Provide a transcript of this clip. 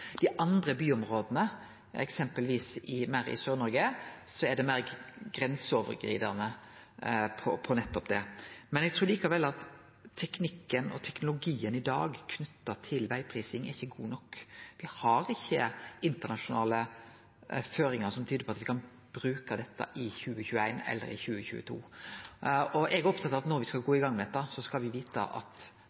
meir grenseoverglidande på nettopp dette. Eg trur likevel at teknologien i dag knytt til vegprising ikkje er god nok. Me har ikkje internasjonale føringar som tyder på at me kan bruke dette i 2021 eller i 2022. Eg er opptatt av at når me skal gå i gang med dette, skal me vite at